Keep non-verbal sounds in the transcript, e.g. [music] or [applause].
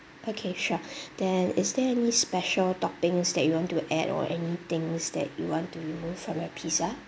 okay sure [breath] then is there any special toppings that you want to add or any things that you want to remove from your pizza